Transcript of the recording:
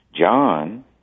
John